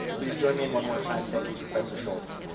please join me in one more time thanking professor schultz.